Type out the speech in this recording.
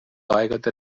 aegade